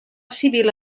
civil